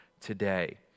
today